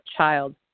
child